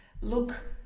look